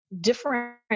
different